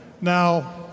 Now